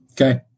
Okay